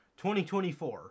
2024